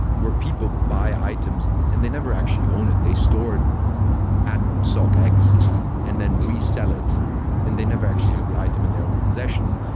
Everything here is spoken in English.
where people buy items and they never actually own it. they stored at sock x and then resell it and they never actually have the item in their own possession.